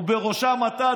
ובראשם אתה,